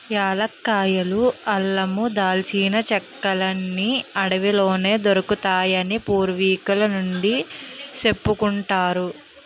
ఏలక్కాయలు, అల్లమూ, దాల్చిన చెక్కలన్నీ అడవిలోనే దొరుకుతాయని పూర్వికుల నుండీ సెప్పుకుంటారు